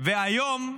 והיום,